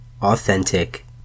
authentic